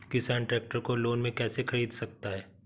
किसान ट्रैक्टर को लोन में कैसे ख़रीद सकता है?